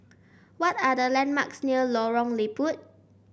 what are the landmarks near Lorong Liput